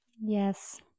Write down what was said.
Yes